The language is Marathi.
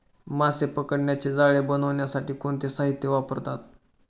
मासे पकडण्याचे जाळे बनवण्यासाठी कोणते साहीत्य वापरतात?